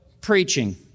preaching